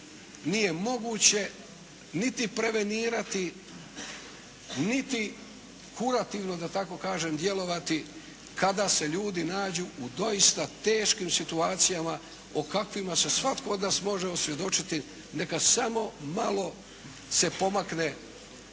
nije moguće niti prevenirati, niti kunativno da tako kažem, djelovati kada se ljudi nađu u doista teškim situacijama o kakvima se svatko od nas može osvjedočiti neka samo malo se pomakne